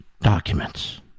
documents